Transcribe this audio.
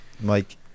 Mike